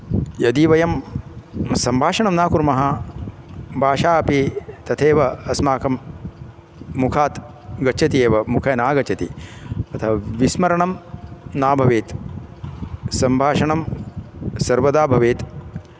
यदि वयं सम्भाषणं न कुर्मः भाषा अपि तथैव अस्माकं मुखात् गच्छति एव मुखे नागच्छति तथा विस्मरणं न भवेत् सम्भाषणं सर्वदा भवेत्